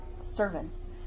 servants